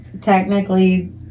Technically